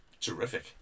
terrific